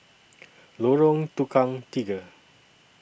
Lorong Tukang Tiga